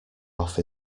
off